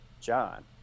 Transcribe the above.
John